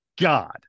God